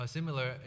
Similar